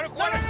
one